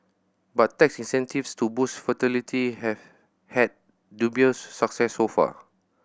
but tax incentives to boost fertility have had dubious success so far